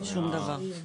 שום דבר.